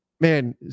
man